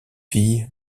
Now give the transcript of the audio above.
filles